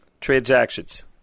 transactions